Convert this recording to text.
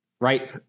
right